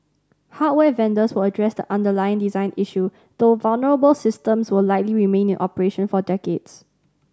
hardware vendors will address the underlying design issue though vulnerable systems will likely remain in operation for decades